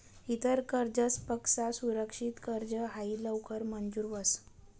इतर कर्जसपक्सा सुरक्षित कर्ज हायी लवकर मंजूर व्हस